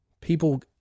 people